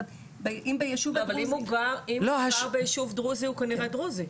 אבל אם הוא גר ביישוב דרוזי הוא כנראה דרוזי.